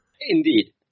Indeed